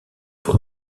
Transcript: pour